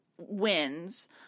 wins